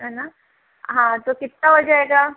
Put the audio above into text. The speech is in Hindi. है ना हाँ तो कितना हो जाएगा